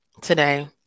today